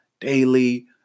daily